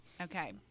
Okay